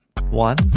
one